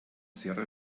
sierra